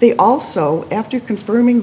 they also after confirming